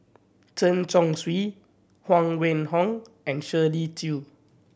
Chen Chong Swee Huang Wenhong and Shirley Chew